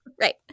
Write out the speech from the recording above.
Right